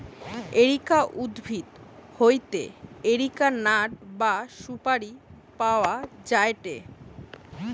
areca উদ্ভিদ হইতে areca nut বা সুপারি পাওয়া যায়টে